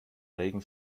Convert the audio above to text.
regen